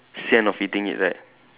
sian of eating it right